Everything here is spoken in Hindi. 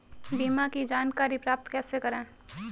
बीमा की जानकारी प्राप्त कैसे करें?